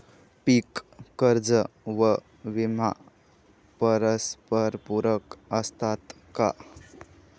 पीक कर्ज व विमा परस्परपूरक असतात का?